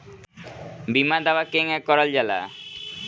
बीमा दावा केगा करल जाला?